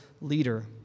leader